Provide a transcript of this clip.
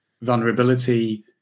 vulnerability